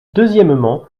deuxièmement